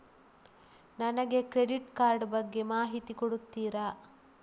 ನನಗೆ credit card ಬಗ್ಗೆ ಮಾಹಿತಿ ಕೊಡುತ್ತೀರಾ?